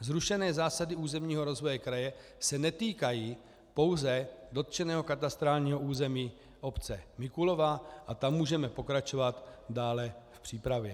Zrušené zásady územního rozvoje kraje se netýkají pouze dotčeného katastrálního území obce Mikulova, tam můžeme pokračovat dále v přípravě.